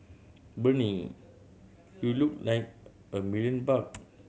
Bernie you look like a million bucks